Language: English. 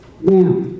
now